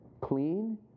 clean